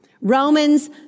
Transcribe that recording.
Romans